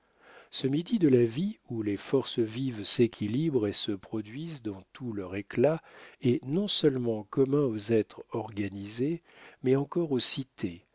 ce midi de la vie où les forces vives s'équilibrent et se produisent dans tout leur éclat est non-seulement commun aux êtres organisés mais encore aux cités